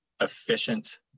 efficient